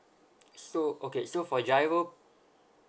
so okay so for G_I_R_O